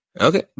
Okay